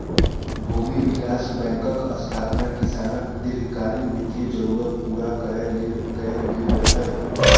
भूमि विकास बैंकक स्थापना किसानक दीर्घकालीन वित्तीय जरूरत पूरा करै लेल कैल गेल रहै